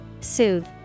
Soothe